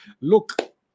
Look